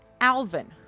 Alvin